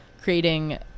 creating